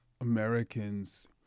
Americans